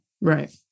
right